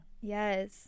Yes